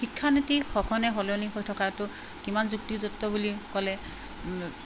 শিক্ষানীতি সঘনে সলনি হৈ থকাটো কিমান যুক্তিযুক্ত বুলি ক'লে